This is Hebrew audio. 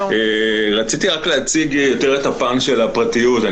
רציתי להציג את הפן של הפרטיות.